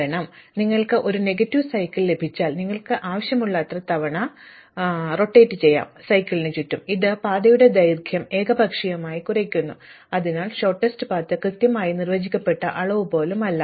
കാരണം നിങ്ങൾക്ക് ഒരു നെഗറ്റീവ് ചക്രം ലഭിച്ചുകഴിഞ്ഞാൽ നിങ്ങൾക്ക് ആവശ്യമുള്ളത്ര തവണ ചുറ്റിക്കറങ്ങാം സൈക്കിളിന് ചുറ്റും ഇത് പാതയുടെ ദൈർഘ്യം ഏകപക്ഷീയമായി കുറയ്ക്കുന്നു അതിനാൽ ഹ്രസ്വമായ പാത കൃത്യമായി നിർവചിക്കപ്പെട്ട അളവ് പോലും അല്ല